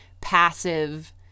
passive